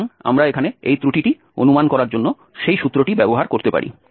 সুতরাং আমরা এখানে এই ত্রুটিটি অনুমান করার জন্য সেই সূত্রটি ব্যবহার করতে পারি